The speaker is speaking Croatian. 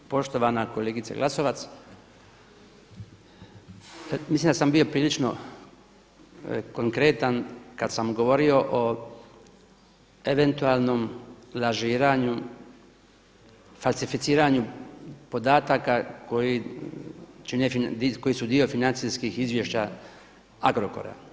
Poštovana kolegice Glasovac, mislim da sam bio prilično konkretan kada sam govorio o eventualnom lažiranju, falsificiranju podataka koji su dio financijskih izvješća Agrokora.